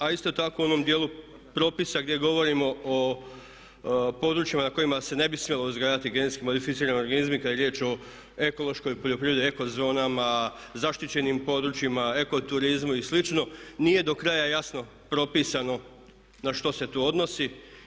A isto tako u onom dijelu propisa gdje govorimo o područjima na kojima se ne bi smjelo uzgajati genetski modificirani organizmi kada je riječ o ekološkoj poljoprivredi, eko zonama, zaštićenim područjima, eko turizmu i slično nije do kraja jasno propisano na što se tu odnosi.